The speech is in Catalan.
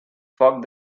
foc